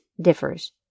differs